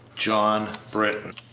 john britton